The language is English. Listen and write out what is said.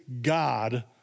God